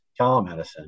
telemedicine